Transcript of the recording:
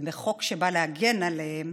וחוק שבא להגן עליהן